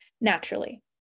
naturally